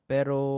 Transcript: Pero